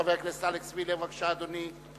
חבר הכנסת אלכס מילר, בבקשה, אדוני.